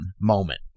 moment